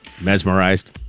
mesmerized